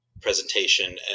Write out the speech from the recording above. presentation